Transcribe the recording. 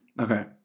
Okay